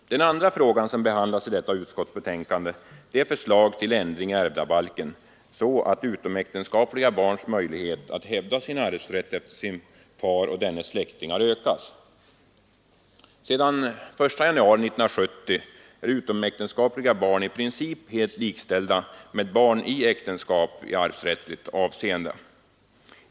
Den andra fråga som behandlas i detta utskottsbetänkande är som sagt förslag till ändring i ärvdabalken så, att utomäktenskapliga barns möjlighet att hävda sin arvsrätt efter fadern och dennes släktingar ökas. Sedan den 1 januari 1970 är utomäktenskapliga barn i princip helt likställda med barn i äktenskap i arvsrättsligt avseende.